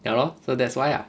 ya lor so that's why ah